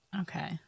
okay